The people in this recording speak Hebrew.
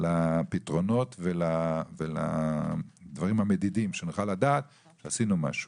לפתרונות ולדברים המדידים כדי שנוכל לדעת שעשינו משהו.